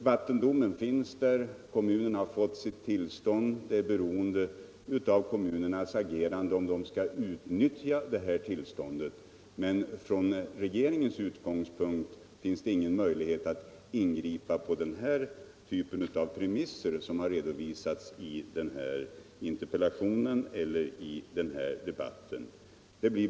Vattendomen finns där och kommunerna har fått sitt tillstånd, och det beror nu på kommunerna själva om de skall utnyttja tillståndet. Men för regeringen finns ingen möjlighet att ingripa på sådana premisser som redovisats i interpellationen och i dagens debatt.